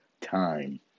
time